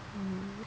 mm